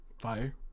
fire